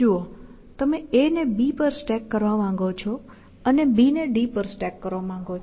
જુઓ તમે A ને B પર સ્ટેક કરવા માંગો છો અને B ને D પર સ્ટેક કરવા માંગો છો